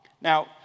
Now